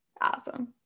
Awesome